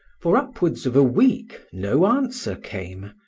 for upwards of a week no answer came,